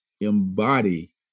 embody